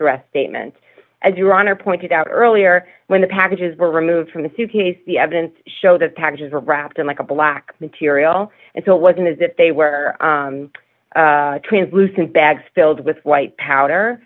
arrest statement as your honor pointed out earlier when the packages were removed from the suitcase the evidence showed that packages were wrapped in like a black material and so it wasn't as if they were translucent bags filled with white powder